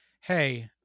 hey